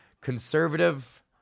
Conservative